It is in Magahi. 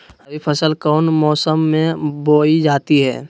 रबी फसल कौन मौसम में बोई जाती है?